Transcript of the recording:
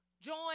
join